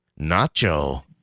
Nacho